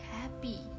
happy